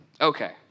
Okay